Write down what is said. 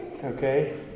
Okay